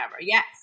Yes